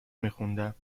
میخوندم